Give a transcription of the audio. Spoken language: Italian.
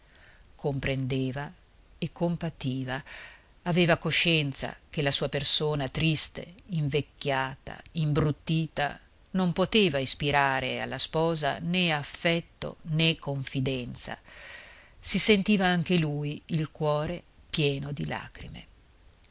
comprendeva e compativa aveva coscienza che la sua persona triste invecchiata imbruttita non poteva ispirare alla sposa né affetto né confidenza si sentiva anche lui il cuore pieno di lagrime